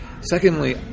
Secondly